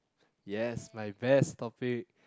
yes my best topic